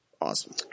Awesome